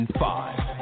five